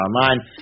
Online